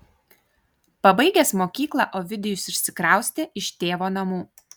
pabaigęs mokyklą ovidijus išsikraustė iš tėvo namų